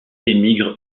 émigrent